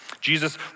Jesus